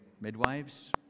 midwives